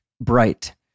bright